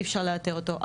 אי אפשר לאתר אותו,